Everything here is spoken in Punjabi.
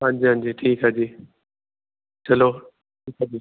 ਹਾਂਜੀ ਹਾਂਜੀ ਠੀਕ ਹੈ ਜੀ ਚਲੋ